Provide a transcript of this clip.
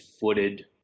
footed